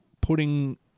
putting